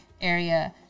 area